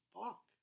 fuck